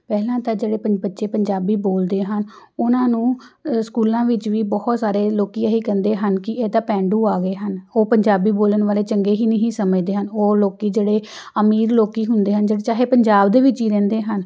ਪਹਿਲਾਂ ਤਾਂ ਜਿਹੜੇ ਪੰ ਬੱਚੇ ਪੰਜਾਬੀ ਬੋਲਦੇ ਹਨ ਉਹਨਾਂ ਨੂੰ ਸਕੂਲਾਂ ਵਿੱਚ ਵੀ ਬਹੁਤ ਸਾਰੇ ਲੋਕ ਇਹ ਹੀ ਕਹਿੰਦੇ ਹਨ ਕਿ ਇਹ ਤਾਂ ਪੇਂਡੂ ਆ ਗਏ ਹਨ ਉਹ ਪੰਜਾਬੀ ਬੋਲਣ ਵਾਲੇ ਚੰਗੇ ਹੀ ਨਹੀਂ ਸਮਝਦੇ ਹਨ ਉਹ ਲੋਕ ਜਿਹੜੇ ਅਮੀਰ ਲੋਕ ਹੁੰਦੇ ਹਨ ਚਾਹੇ ਪੰਜਾਬ ਦੇ ਵਿੱਚ ਹੀ ਰਹਿੰਦੇ ਹਨ